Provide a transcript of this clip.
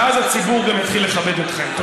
ואז הציבור גם יתחיל לכבד אתכם.